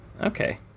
okay